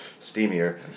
steamier